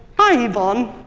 hi yvonne,